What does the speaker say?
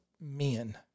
men